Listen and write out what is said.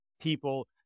people